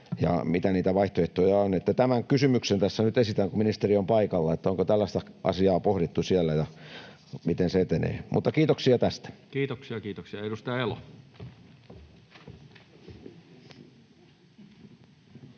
ja mitä niitä vaihtoehtoja on. Tämän kysymyksen tässä nyt esitän, kun ministeri on paikalla: onko tällaista asiaa pohdittu siellä, ja miten se etenee? — Kiitoksia tästä. [Speech 554] Speaker: